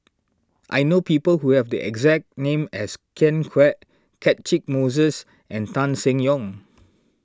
I know people who have the exact name as Ken Kwek Catchick Moses and Tan Seng Yong